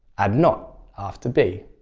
add not after be.